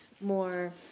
more